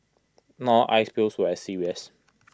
not oil spills were as serious